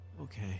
Okay